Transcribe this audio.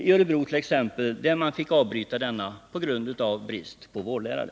I t.ex. Örebro måste denna avbrytas på grund av brist på vårdlärare.